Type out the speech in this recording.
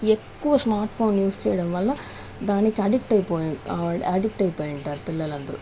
ఎక్కువ smart phone use చేయడం వల్ల దానికి ఆడిట్ అయిపోయి ఆడిట్ అయిపోయి ఉంటారు పిల్లలందరు